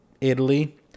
Italy